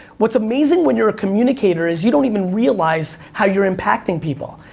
what's amazing when you're a communicator is, you don't even realize how you're impacting people,